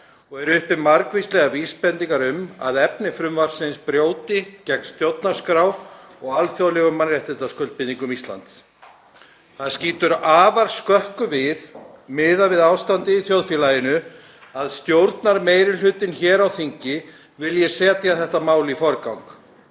og eru uppi margvíslegar vísbendingar um að efni frumvarpsins brjóti gegn stjórnarskrá og alþjóðlegum mannréttindaskuldbindingum Íslands. Það skýtur afar skökku við, miðað við ástandið í þjóðfélaginu, að stjórnarmeirihlutinn hér á þingi vilji setja þetta mál í forgang.